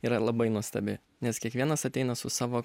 yra labai nuostabi nes kiekvienas ateina su savo